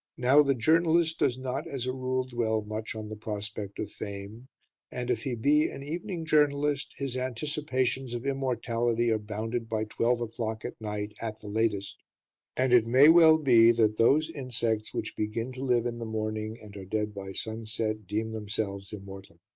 now the journalist does not, as a rule, dwell much on the prospect of fame and if he be an evening journalist, his anticipations of immortality are bounded by twelve o'clock at night at the latest and it may well be that those insects which begin to live in the morning and are dead by sunset deem themselves immortal.